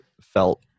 felt